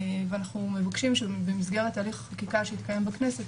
ואנחנו מבקשים במסגרת הליך החקיקה שיתקיים בכנסת,